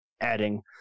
Adding